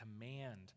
command